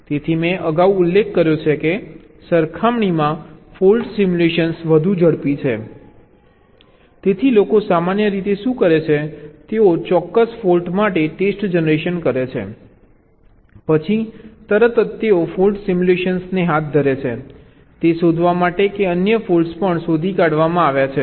તેથી મેં અગાઉ ઉલ્લેખ કર્યો છે કે સરખામણીમાં ફોલ્ટ સિમ્યુલેશન વધુ ઝડપી છે તેથી લોકો સામાન્ય રીતે શું કરે છે તેઓ ચોક્કસ ફોલ્ટ માટે ટેસ્ટ જનરેટ કરે છે પછી તરત જ તેઓ ફોલ્ટ સિમ્યુલેશન હાથ ધરે છે તે શોધવા માટે કે અન્ય ફોલ્ટ્સ પણ શોધી કાઢવામાં આવે છે